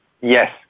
yes